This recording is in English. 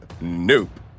Nope